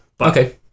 Okay